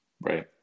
Right